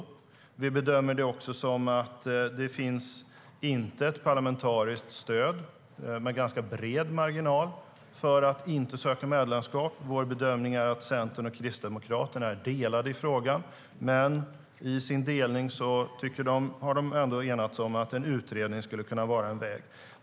Vi bedömer att det finns ett parlamentariskt stöd med ganska bred marginal för att inte söka medlemskap. Vår bedömning är att Centern och Kristdemokraterna är delade i frågan, men i sin delning har de ändå enats om att en utredning skulle kunna vara en väg.